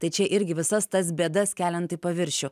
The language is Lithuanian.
tai čia irgi visas tas bėdas keliant į paviršių